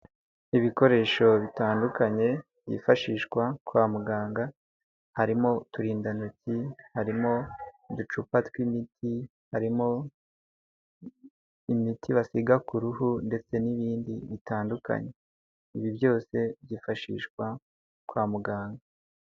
Ibikoresho bitandukanye byifashishwa kwa muganga harimo uturindantoki, harimo uducupa tw'imiti harimo imiti basiga ku ruhu ndetse n'ibindi bitandukanye, ibi byose byifashishwa kwa muganga.